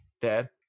Dad